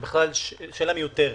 זאת בכלל שאלה מיותרת,